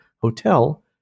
Hotel